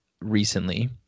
recently